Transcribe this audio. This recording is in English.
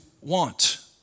want